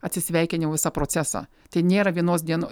atsisveikinimo visą procesą tai nėra vienos dieno